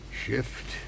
Shift